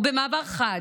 ובמעבר חד.